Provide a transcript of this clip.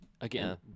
again